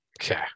Okay